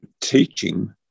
teaching